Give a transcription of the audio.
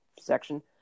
section